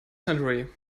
century